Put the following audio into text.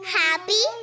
happy